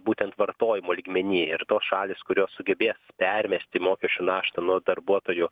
būtent vartojimo lygmeny ir tos šalys kurios sugebės permesti mokesčių naštą nuo darbuotojų